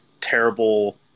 terrible